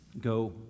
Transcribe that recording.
go